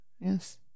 yes